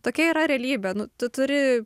tokia yra realybė nu tu turi